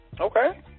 Okay